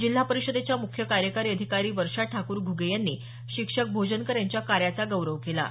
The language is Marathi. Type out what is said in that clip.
जिल्हा परिषदेच्या मुख्य कार्यकारी अधिकारी वर्षा ठाकूर घुगे यांनी शिक्षक भोजनकर यांच्या कार्याचा गौरव केला आहे